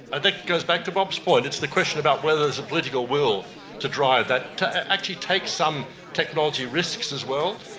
ah that goes back to bob's point, it's the question about whether there is a political will to drive that, to actually take some technology risks as well,